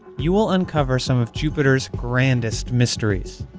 you will uncover some of jupiter's grandest mysteries.